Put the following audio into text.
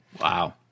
Wow